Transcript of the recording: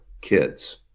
kids